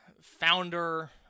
founder